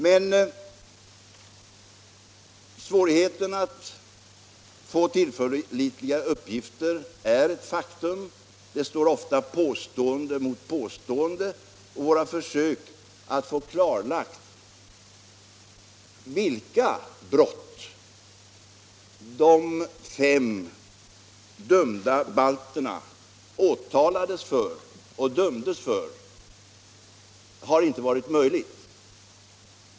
Men svårigheten att få tillförlitliga uppgifter är ett faktum. Det står ofta påstående mot påstående. Att få klarlagt vilka brott de fem balterna åtalats och dömts för har inte varit möjligt.